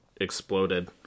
exploded